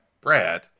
Brad